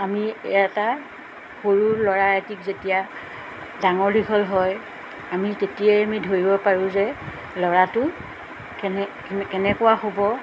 আমি এটা সৰু ল'ৰা এটিক যেতিয়া ডাঙৰ দীঘল হয় আমি তেতিয়াই আমি ধৰিব পাৰোঁ যে ল'ৰাটো কেনে কেনেকুৱা হ'ব